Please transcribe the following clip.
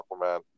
Aquaman